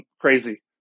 crazy